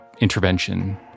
intervention